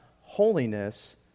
holiness